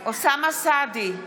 אוסאמה סעדי,